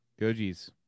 Gojis